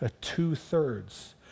two-thirds